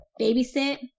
babysit